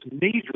major